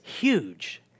huge